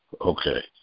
Okay